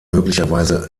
möglicherweise